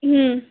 হুম